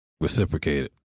Reciprocated